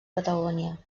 patagònia